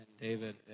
David